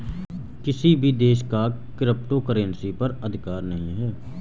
किसी भी देश का क्रिप्टो करेंसी पर अधिकार नहीं है